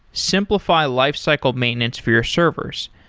simplify lifecycle maintenance for your servers.